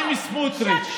אם סמוטריץ'